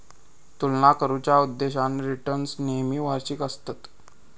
तुलना करुच्या उद्देशान रिटर्न्स नेहमी वार्षिक आसतत